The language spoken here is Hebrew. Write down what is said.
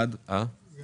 הראשונה